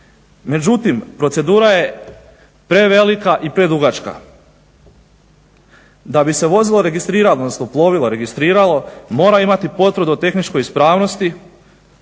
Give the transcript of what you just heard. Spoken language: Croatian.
Međutim, procedura je prevelika i predugačka. Da bi se vozilo registriralo, odnosno plovilo registriralo mora imati potvrdu o tehničkoj ispravnosti,